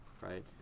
right